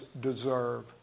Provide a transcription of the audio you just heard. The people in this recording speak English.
deserve